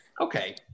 Okay